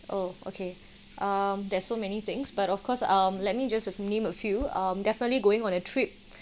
oh okay um there's so many things but of course um let me just to name a few um definitely going on a trip